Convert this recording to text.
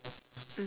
mmhmm